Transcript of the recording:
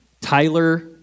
Tyler